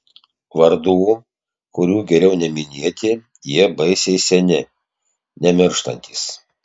vardų kiurių geriau neminėti jie baisiai seni nemirštantys